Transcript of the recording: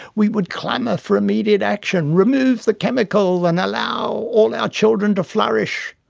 we would clamour for immediate action. remove the chemical and allow all our children to flourish,